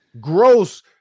gross